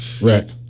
Right